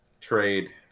Trade